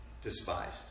despised